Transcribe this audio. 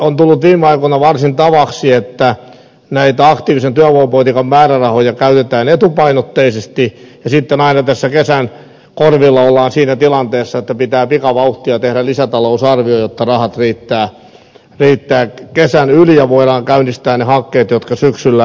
on tullut viime aikoina varsin tavaksi että näitä aktiivisen työvoimapolitiikan määrärahoja käytetään etupainotteisesti ja sitten aina tässä kesän korvilla ollaan siinä tilanteessa että pitää pikavauhtia tehdä lisätalousarvio jotta rahat riittävät kesän yli ja voidaan käynnistää ne hankkeet jotka syksyllä lähtevät liikkeelle